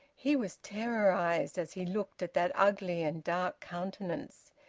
he was terrorised as he looked at that ugly and dark countenance.